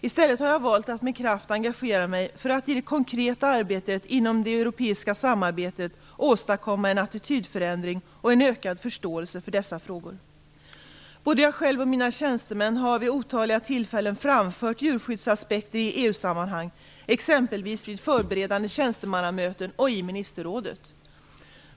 I stället har jag valt att med kraft engagera mig för att i det konkreta arbetet inom det europeiska samarbetet åstadkomma en attitydförändring och en ökad förståelse för dessa frågor. Både jag själv och mina tjänstemän har vid otaliga tillfällen framfört djurskyddsaspekter i EU sammanhang, exempelvis vid förberedande tjänstemannamöten och i ministerrådet.